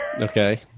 Okay